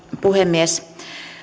puhemies